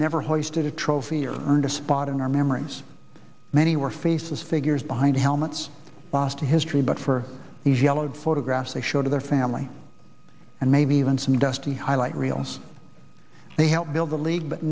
never hosted a trophy or earned a spot in our memories many were faces figures behind helmets boston history but for these yellowed photographs they show to their family and maybe even some dusty highlight reels they helped build the league but